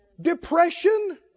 Depression